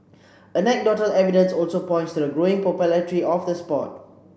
anecdotal evidence also points to the growing popularity of the sport